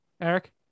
Eric